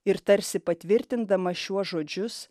ir tarsi patvirtindamas šiuos žodžius